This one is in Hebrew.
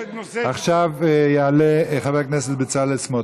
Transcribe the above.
עכשיו יעלה חבר הכנסת בצלאל סמוטריץ.